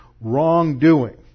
wrongdoing